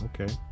Okay